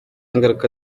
ngaruka